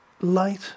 light